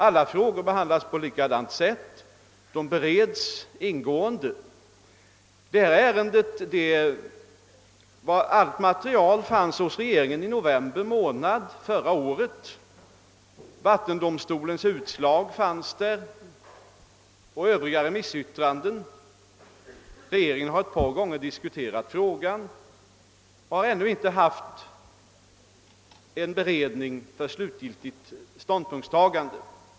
De behandlas alla på samma sätt och beredes mycket ingående. Allt material i detta ärende fanns hos regeringen i november månad i fjol, exempelvis vattendomstolens utslag och inkomna remissyttranden, och regeringen har diskuterat frågan två gånger. Ännu har vi dock inte haft någon beredning för slutgiltigt ståndpunktstagande.